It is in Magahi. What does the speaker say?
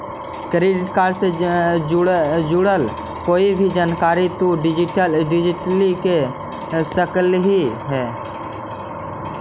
क्रेडिट कार्ड से जुड़ल कोई भी जानकारी तु डिजिटली ले सकलहिं हे